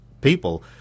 people